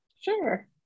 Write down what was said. Sure